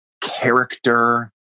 Character